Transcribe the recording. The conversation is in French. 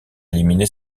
éliminé